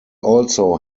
also